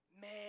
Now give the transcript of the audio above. man